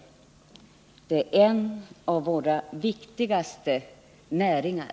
Sjöfarten är en av våra viktigaste näringar.